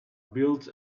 built